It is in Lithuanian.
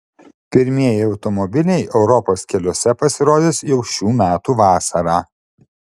pirmieji automobiliai europos keliuose pasirodys jau šių metų vasarą